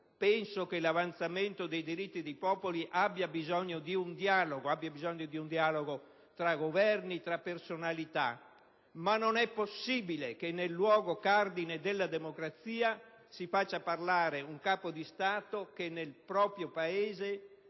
ritengo che l'affermazione dei diritti dei popoli abbia bisogno di un dialogo, un dialogo tra Governi, tra personalità, ma non è possibile che nel luogo cardine della democrazia si faccia parlare un Capo di Stato che nel proprio Paese